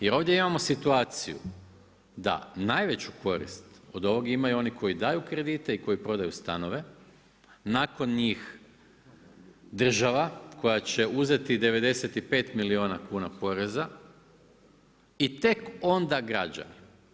Jer ovdje imamo situaciju da najveću korist od ovog imaju oni koji daju kredite i koji prodaju stanove, nakon njih država koja će uzeti 95 milijuna kuna poreza i tek onda građani.